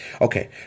okay